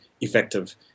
effective